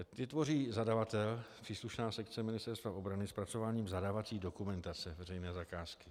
Ty tvoří zadavatel, příslušná sekce Ministerstva obrany, zpracováním zadávací dokumentace veřejné zakázky.